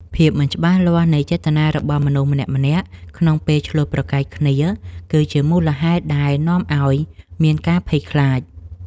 ភាពមិនច្បាស់លាស់នៃចេតនារបស់មនុស្សម្នាក់ៗក្នុងពេលឈ្លោះប្រកែកគ្នាគឺជាមូលហេតុដែលនាំឱ្យមានការភ័យខ្លាច។